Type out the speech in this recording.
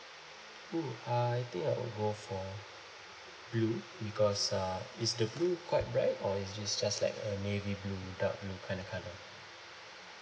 mm uh I think I'll go for blue because uh is the blue quite bright or it's just like a navy blue dark blue kinda colour